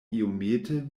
iomete